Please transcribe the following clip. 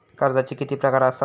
कर्जाचे किती प्रकार असात?